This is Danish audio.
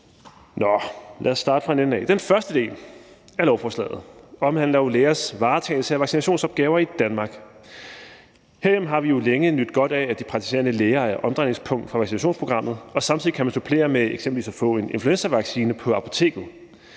Den første del af lovforslaget omhandler jo lægers varetagelse af vaccinationsopgaver i Danmark. Herhjemme har vi jo længe nydt godt af, at de praktiserende læger er omdrejningspunkt for vaccinationsprogrammet, og samtidig kan man supplere med eksempelvis at få en influenzavaccine på apoteket.